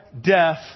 death